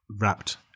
wrapped